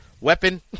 weapon